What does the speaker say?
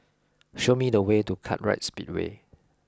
show me the way to Kartright Speedway